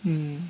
mm